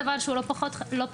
דבר שהוא לא פחות חשוב,